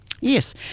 Yes